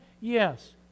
Yes